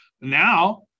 now